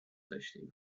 داشتیم